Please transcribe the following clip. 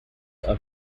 are